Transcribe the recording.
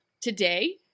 today